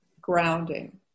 grounding